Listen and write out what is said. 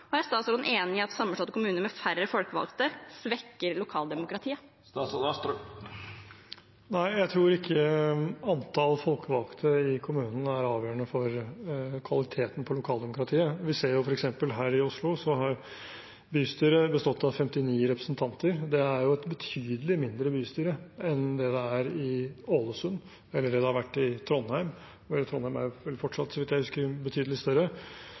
Og er statsråden enig i at sammenslåtte kommuner med færre folkevalgte svekker lokaldemokratiet? Nei, jeg tror ikke antall folkevalgte i kommunene er avgjørende for kvaliteten på lokaldemokratiet. Vi ser at f.eks. her i Oslo har bystyret bestått av 59 representanter. Det er et betydelig mindre bystyre enn det det er i Ålesund, eller det det har vært i Trondheim. I Trondheim er det fortsatt bystyret betydelig større – det er vel oppe i nesten 90 representanter. Så jeg